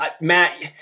Matt